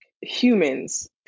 humans